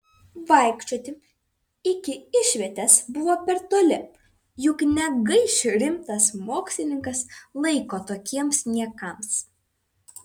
vaikščioti iki išvietės buvo per toli juk negaiš rimtas mokslininkas laiko tokiems niekams